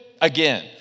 again